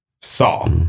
saw